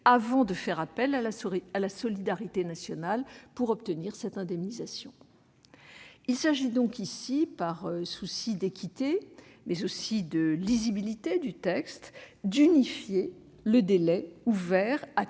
avant de faire appel à la solidarité nationale pour obtenir cette indemnisation. Il s'agit donc ici, par un souci tant d'équité que de lisibilité du texte, d'unifier le délai ouvert à